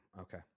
Okay